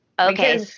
Okay